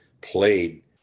played